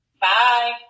Bye